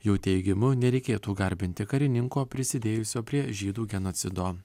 jų teigimu nereikėtų garbinti karininko prisidėjusio prie žydų genocido